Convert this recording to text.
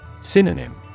Synonym